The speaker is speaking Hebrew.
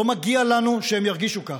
לא מגיע לנו שהם ירגישו כך.